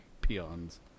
peons